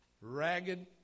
ragged